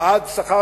70 שקלים.